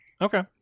okay